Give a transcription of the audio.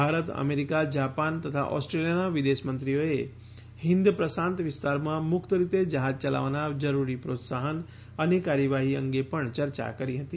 Bharat America Japan તથા ઓસ્ટ્રેલીયાનાં વિદેશમંત્રીઓએ હિંદ પ્રશાંત વિસ્તારમાં મુક્ત રીતે જહાજ ચલાવાનાં જરૂરી પ્રોત્સાહન અને કાર્યવાહી અંગે પણ ચર્ચા કરી હતી